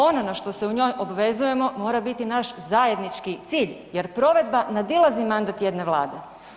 Ono na što se u njoj obvezujemo, mora biti naš zajednički cilj jer provedba nadilazi mandat jedne Vlade.